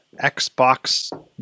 Xbox